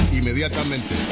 inmediatamente